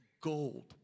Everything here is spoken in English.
gold